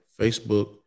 Facebook